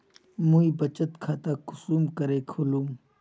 मुई बचत खता कुंसम करे खोलुम?